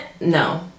no